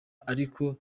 ariko